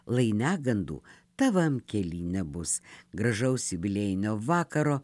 lai negandų tavam kely nebus gražaus jubiliejinio vakaro